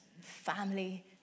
family